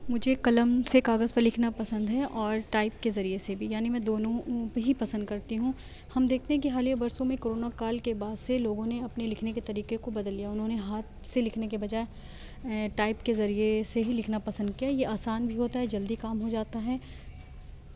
مجھے قلم سے کاغذ پہ لکھنا پسند ہے اور ٹائپ کے ذریعے سے بھی یعنی میں دونوں بھی پسند کرتی ہوں ہم دیکھتے ہیں کہ حالیہ برسوں میں کورونا کال کے بعد سے لوگوں نے اپنے لکھنے کے طریقے کو بدل لیا ہے انہوں نے ہاتھ سے لکھنے کے بجائے ٹائپ کے ذریعے سے ہی لکھنا پسند کیا ہے یہ آسان بھی ہوتا ہے جلدی کام ہو جاتا ہے